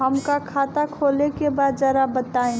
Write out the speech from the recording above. हमका खाता खोले के बा जरा बताई?